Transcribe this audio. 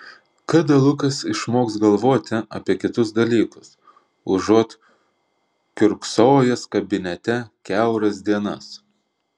kada lukas išmoks galvoti apie kitus dalykus užuot kiurksojęs kabinete kiauras dienas